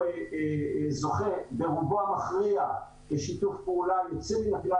הוא זוכה ברובו המכריע בשיתוף פעולה עם ---.